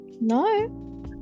No